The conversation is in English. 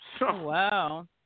Wow